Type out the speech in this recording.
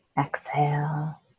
Exhale